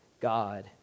God